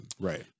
Right